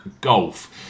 golf